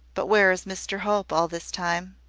but where is mr hope all this time?